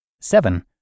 Seven